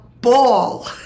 ball